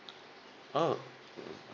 oh